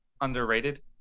underrated